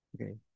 Okay